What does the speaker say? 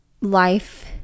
life